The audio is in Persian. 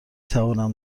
توانم